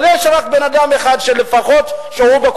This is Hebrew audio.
אבל יש רק בן-אדם אחד שהוא לפחות בקונסנזוס